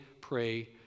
pray